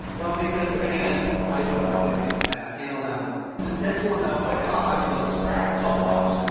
well because again, i know what i'm doing, and i've handled animals. this next one though might actually ah give me a scratch. oh gosh!